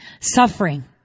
suffering